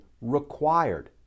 required